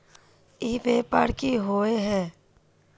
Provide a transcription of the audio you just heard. ई व्यापार की होय है?